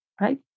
right